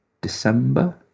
december